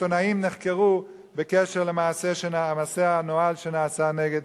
עיתונאים נחקרו בקשר למעשה הנואל שנעשה נגד